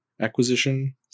acquisition